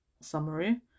summary